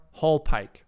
Hallpike